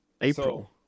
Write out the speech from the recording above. April